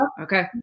Okay